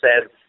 says